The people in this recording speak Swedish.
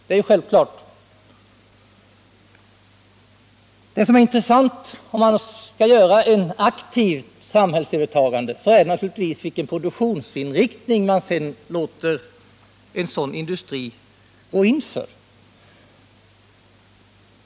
Det som är intressant vid ett aktivt samhällsövertagande är vilken produktionsinriktning man sedan låter den aktuella industrin gå in för.